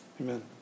Amen